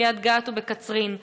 בקריית-גת ובקצרין.